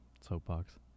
soapbox